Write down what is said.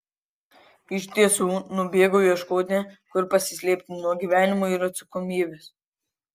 iš tiesų nubėgau ieškoti kur pasislėpti nuo gyvenimo ir atsakomybės